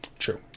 true